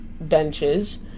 benches